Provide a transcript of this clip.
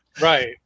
right